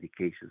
medications